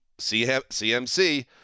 CMC